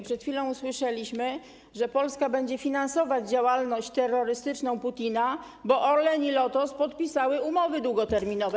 Przed chwilą usłyszeliśmy, że Polska będzie finansować działalność terrorystyczną Putina, bo Orlen i Lotos podpisały umowy długoterminowe.